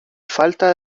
falta